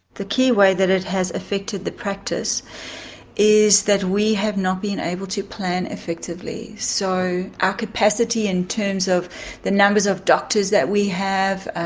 the key way that it has affected the practice is that we have not been able to plan effectively. so our capacity in terms of the numbers of doctors that we have, ah